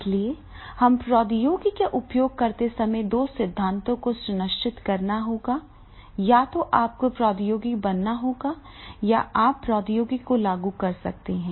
इसलिए हमें प्रौद्योगिकी का उपयोग करते समय दो सिद्धांतों को सुनिश्चित करना होगा या तो आपको प्रौद्योगिकी बनाना होगा या आप प्रौद्योगिकी को लागू कर सकते हैं